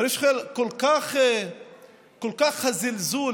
ואני שואל: עד כדי כך הזלזול